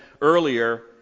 earlier